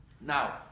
Now